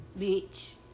Bitch